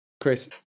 Chris